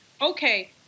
Okay